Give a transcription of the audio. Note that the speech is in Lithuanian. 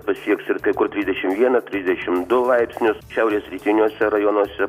pasieks ir kai kur trisešim vieną trisdešim du laipsnius šiaurės rytiniuose rajonuose